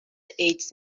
ایدز